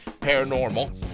paranormal